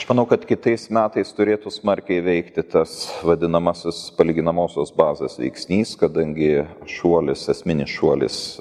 aš manau kad kitais metais turėtų smarkiai veikti tas vadinamasis palyginamosios bazės veiksnys kadangi šuolis esminis šuolis